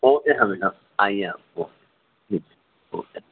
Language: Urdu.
اوکے سمیع صاحب آئیے آپ کو جی اوکے